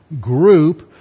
group